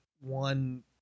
one